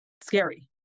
scary